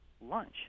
lunch